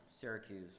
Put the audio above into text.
Syracuse